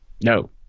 No